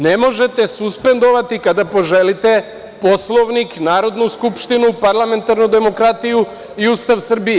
Ne možete suspendovati kada poželite Poslovnik, Narodnu skupštinu, parlamentarnu demokratiju i Ustav Srbije.